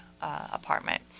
apartment